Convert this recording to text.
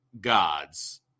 gods